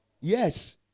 Yes